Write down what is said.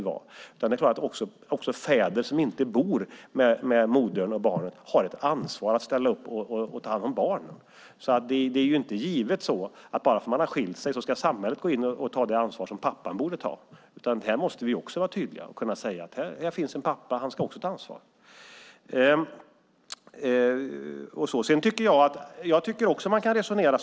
Även fäder som inte bor med sina barn har ansvar för att ta hand om sina barn. Det är inte så att bara för att man har skilt sig ska samhället gå in och ta pappans ansvar. Här måste vi också vara tydliga och säga: Här finns en pappa; han ska också ta ansvar.